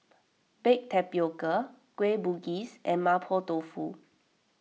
Baked Tapioca Kueh Bugis and Mapo Tofu